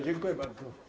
Dziękuję bardzo.